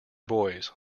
boys